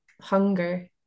hunger